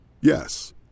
Yes